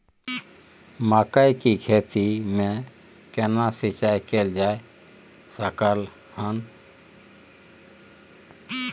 मकई की खेती में केना सिंचाई कैल जा सकलय हन?